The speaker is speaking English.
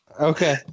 Okay